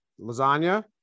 lasagna